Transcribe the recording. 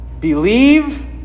Believe